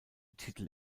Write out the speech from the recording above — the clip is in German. titel